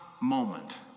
moment